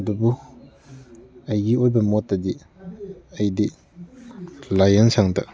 ꯑꯗꯨꯕꯨ ꯑꯩꯒꯤ ꯑꯣꯏꯕ ꯃꯣꯠꯇꯗꯤ ꯑꯩꯗꯤ ꯂꯥꯏꯌꯦꯡ ꯁꯪꯗ